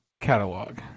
catalog